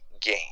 game